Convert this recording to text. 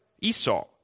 Esau